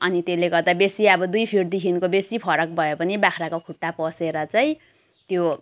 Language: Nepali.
अनि त्यसले गर्दा बेसी अब दुई फिटदेखिको बेसी फरक भयो भने बाख्राको खुट्टा पसेर चाहिँ त्यो